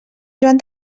joan